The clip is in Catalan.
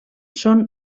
són